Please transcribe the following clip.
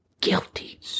guilty